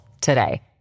today